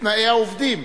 בתנאי העובדים,